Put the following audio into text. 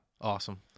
Awesome